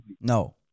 No